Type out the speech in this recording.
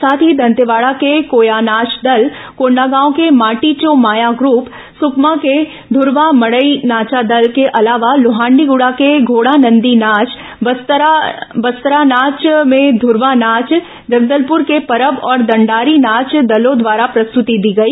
साथ ही दंतेवाड़ा के कोयानाच दल कोंडागांव के माटी चो माया ग्रूप सुकमा के धूरवा मड़ई नाचा दल के अलावा लोहंडीगुड़ा के घोड़ान्दी नाव बस्तानार के धूरवा नाच जगदलपुर के परब और दंडारी नाच दलों द्वारा प्रस्तुति दी गई